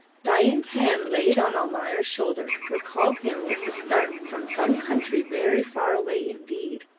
dain's hand laid on almayer's shoulder recalled him with a start from some country very far away indeed.